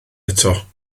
eto